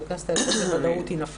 אבל באחת הכנסות היא בטוח נפלה.